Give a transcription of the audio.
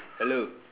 hello